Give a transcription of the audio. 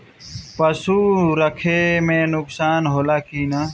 पशु रखे मे नुकसान होला कि न?